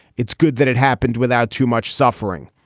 it's good that it happened without too much suffering.